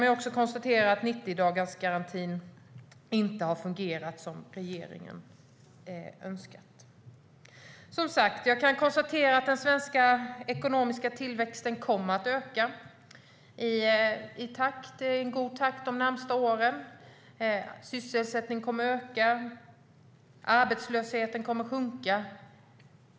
Vi kan också konstatera att 90-dagarsgarantin inte har fungerat som regeringen önskade. Jag kan som sagt konstatera att den svenska ekonomiska tillväxten kommer att öka i god takt de närmaste åren. Sysselsättningen kommer att öka, och arbetslösheten kommer att sjunka.